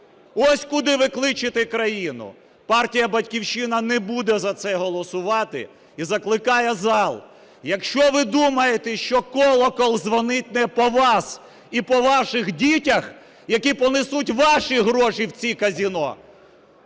Ось куди ви кличете країну. Партія "Батьківщина" не буде за це голосувати. І закликає зал: якщо ви думаєте, що колокол дзвонить не по вас і по ваших дітях, які понесуть ваші гроші в ці казино…